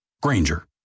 Granger